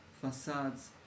facades